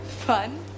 fun